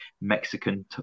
Mexican